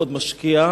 מאוד משקיע,